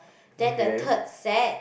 then the third set